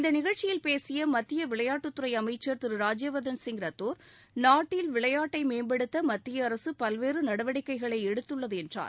இந்த நிகழ்ச்சியில் பேசிய மத்திய விளையாட்டுத்துறை அமைச்சர் திரு ராஜயவர்தன் சிங் ரத்தோர் நாட்டில் விளையாட்டை மேம்படுத்த மத்திய அரசு பல்வேறு நடவடிக்கைகளை எடுத்துள்ளது என்றார்